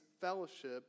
fellowship